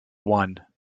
one